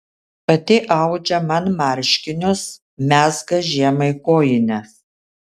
pati audžia man marškinius mezga žiemai kojines